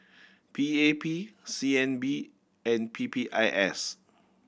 P A P C N B and P P I S